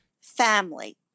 family